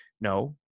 No